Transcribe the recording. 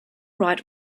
right